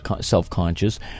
self-conscious